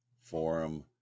Forum